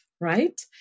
right